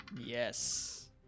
Yes